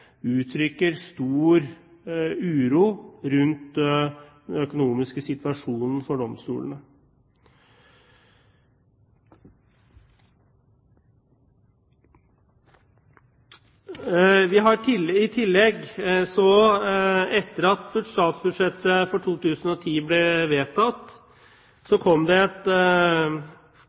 uttrykker stor uro rundt den økonomiske situasjonen for domstolene. I tillegg, etter at statsbudsjettet for 2010 ble vedtatt, kom det et